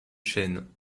chêne